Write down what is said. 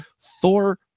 Thor